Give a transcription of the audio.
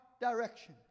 direction